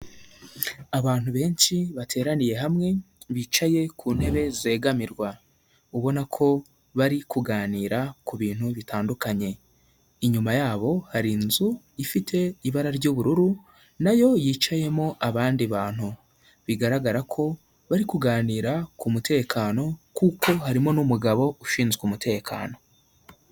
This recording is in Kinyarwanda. Abantu benshi bateraniye hamwe, bicaye ku ntebe zegamirwa. Ubona ko bari kuganira ku bintu bitandukanye. Inyuma yabo hari inzu ifite ibara ry'ubururu, na yo yicayemo abandi bantu. Bigaragara ko bari kuganira ku mutekano, kuko harimo n'umugabo ushinzwe umutekano.